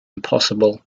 impossible